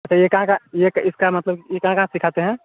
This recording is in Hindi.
अच्छा यह कहाँ का यह इसका मतलब यह कहाँ का कहाँ कहाँ सिखाते हैं